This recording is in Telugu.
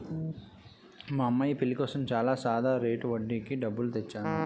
మా అమ్మాయి పెళ్ళి కోసం చాలా సాదా రేటు వడ్డీకి డబ్బులు తెచ్చేను